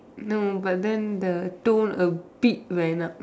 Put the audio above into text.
no but then the tone a bit went up